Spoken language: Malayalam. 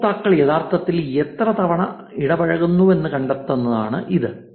ഉപയോക്താക്കൾ യഥാർത്ഥത്തിൽ എത്ര തവണ ഇടപഴകുന്നുവെന്ന് കണ്ടെത്താനാണ് ഇത്